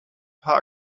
paar